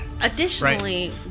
Additionally